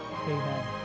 Amen